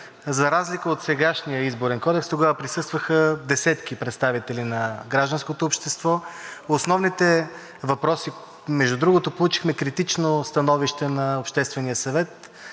За разлика от сегашния Изборен кодекс, тогава присъстваха десетки представители на гражданското общество. Между другото, получихме критично становище на Обществения съвет